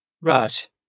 Right